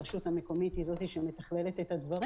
הרשות המקומית היא זאת שמתכללת את הדברים.